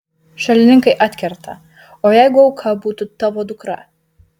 šalininkai atkerta o jeigu auka būtų tavo dukra